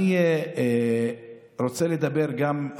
אני רוצה לדבר גם,